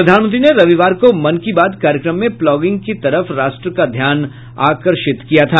प्रधानमंत्री ने रविवार को मन की बात कार्यक्रम में प्लॉगिंग की तरफ राष्ट्र का ध्यान आकर्षित किया था